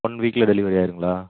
one வீக்ல delivery ஆயிடுங்களா